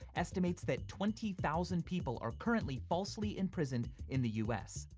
estimates that twenty thousand people are currently falsely imprisoned in the u s.